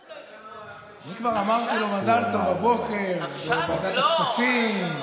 אני כבר אמרתי לו מזל טוב בבוקר בוועדת הכספים.